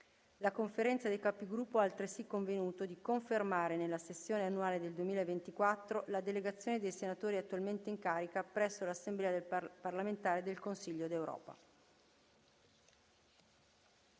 La Conferenza dei Capigruppo ha altresì convenuto di confermare nella sessione annuale del 2024 la delegazione dei senatori attualmente in carica presso l’Assemblea parlamentare del Consiglio d’Europa.